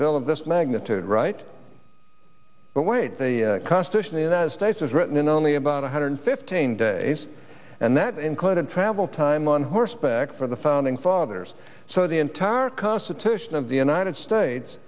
bill of this magnitude right but wait the constitution the united states was written in only about one hundred fifteen days and that included travel time on horseback for the founding fathers so the entire constitution of the united states